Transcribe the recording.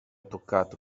toccato